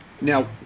Now